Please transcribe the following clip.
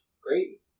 Great